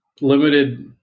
Limited